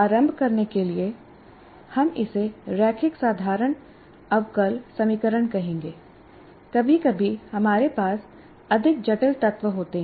आरंभ करने के लिए हम इसे रैखिक साधारण अवकल समीकरण कहेंगे कभी कभी हमारे पास अधिक जटिल तत्व होते हैं